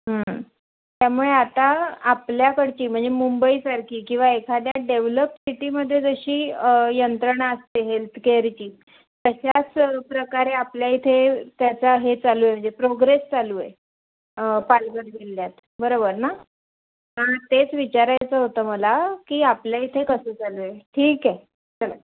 त्यामुळे आता आपल्याकडची म्हणजे मुंबईसारखी किंवा एखाद्या डेव्हलप सिटीमध्ये जशी यंत्रणा असते हेल्थ केअरची तशाच प्रकारे आपल्या इथे त्याचा हे चालू आहे म्हणजे प्रोग्रेस चालू आहे पालघर जिल्ह्यात बरोबर ना हां तेच विचारायचं होतं मला की आपल्या इथे कसं चालू आहे ठीक आहे चला